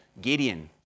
Gideon